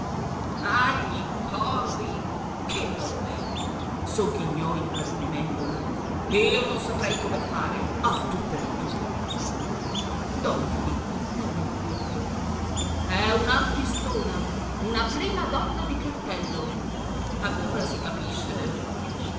agli porri che nome sogghignò il barone mèndola io non saprei come fare a tu per tu don filippo tagliò corto è un'artistona una prima donna di cartello allora si capisce